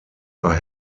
are